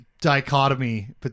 dichotomy